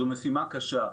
זו משימה קשה.